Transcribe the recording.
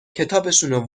کتابشونو